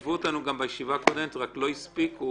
שליוו אותנו גם בישיבה הנוספת אבל לא הספיקו.